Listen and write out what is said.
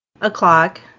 o'clock